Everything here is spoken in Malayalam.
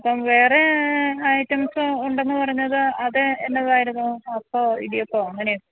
അപ്പം വേറെ ഐറ്റംസ് ഉണ്ടെന്ന് പറഞ്ഞത് അത് എന്നതായിരുന്നു അപ്പമോ ഇടിയപ്പമോ അങ്ങനെ